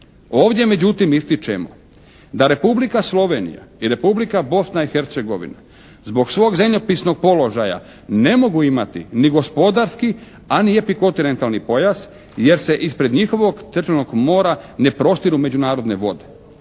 Ovdje međutim ističemo da Republika Slovenija i Republika Bosna i Hercegovina zbog svog zemljopisnog položaja ne mogu imati ni gospodarski, a ni epikontinentalni pojas jer se ispred njihovog teritorijalnog mora ne prostiru međunarodne vode.